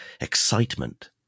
excitement